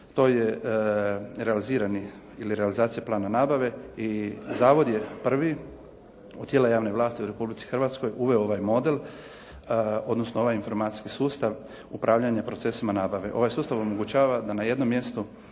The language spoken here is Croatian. to je realizirani ili realizacija plana nabave. I zavod je prvi u cijeloj javnoj vlasti u Republici Hrvatskoj uveo ovaj model, odnosno ovaj informacijski sustav, upravljanja procesima nabave. Ovaj sustav omogućava da na jednom mjestu